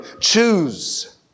Choose